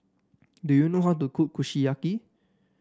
do you know how to cook Kushiyaki